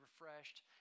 refreshed